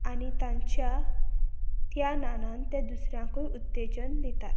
आनी तांच्या त्या नान तें दुसऱ्यांकूय उत्तेजन दितात